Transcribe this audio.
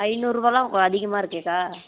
ஐநூறு ரூபாய்லாம் அதிகமாக இருக்கேக்கா